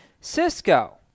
cisco